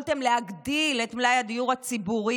יכולתם להגדיל את מלאי הדיור הציבורי